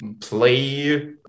play